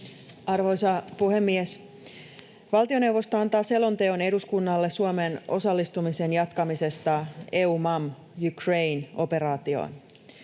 Arvoisa puhemies! Valtioneuvosto antaa selonteon eduskunnalle Suomen osallistumisen jatkamisesta EUMAM Ukraine ‑operaatioon.